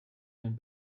den